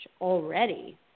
already